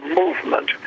movement